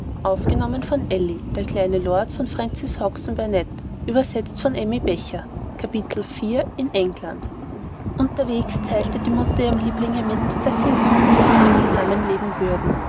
viertes kapitel unterwegs teilte die mutter ihrem lieblinge mit daß sie in zukunft nicht mehr zusammenleben würden